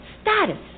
status